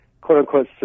quote-unquote